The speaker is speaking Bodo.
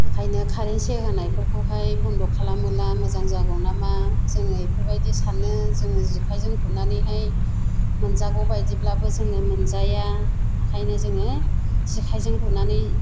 ओंखायनो कारेन स'ख होनाय फोरखौहाय बन्द खालामोला मोजां जागौ नामा जोङो बेफोरबायदि सानो जोङो जेखायजोंहाय गुदनानैहाय मोनजागौ बायदिलाबो जोङो मोनजाया आखायनो जोङो जेखायजों गुरनानै